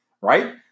right